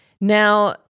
Now